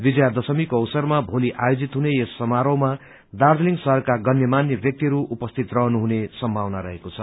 विजया दशमीको अवसरमा भोली आयोजित हुने यस समारोहमा दार्जीलिङ शहरको गण्य मान्य व्याक्तिहय उपस्थित रहनुहुने समभावना रहेको छ